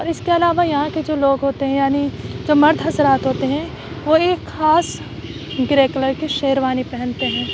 اور اس کے علاوہ یہاں کے جو لوگ ہوتے ہیں یعنی جو مرد حضرات ہوتے ہیں وہ ایک خاص گرے کلر کی شیروانی پہنتے ہیں